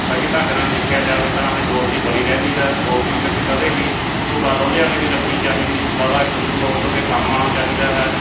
ਸਹੀ ਢੰਗ ਨਾਲ ਨਜਿੱਠਿਆ ਜਾਵੇ ਤਾਂ ਆਪਣੀ ਦੋਸਤੀ ਬਣੀ ਰਹਿੰਦੀ ਹੈ ਦੋਸਤੀ ਵਿੱਚ ਕਦੇ ਵੀ ਕੋਈ ਗੱਲ ਉਹਲੇ ਵਾਲੀ ਨਹੀਂ ਰੱਖਣੀ ਚਾਹੀਦੀ ਸਦਾ ਇੱਕ ਦੂਜੇ ਦੋਸਤ ਦੇ ਕੰਮ ਆਉਣਾ ਚਾਹੀਦਾ ਹੈ